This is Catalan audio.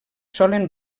solen